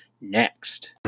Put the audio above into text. next